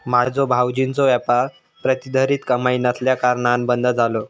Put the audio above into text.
माझ्यो भावजींचो व्यापार प्रतिधरीत कमाई नसल्याकारणान बंद झालो